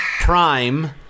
Prime